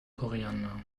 koriander